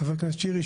חבר הכנסת שירי,